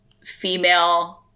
female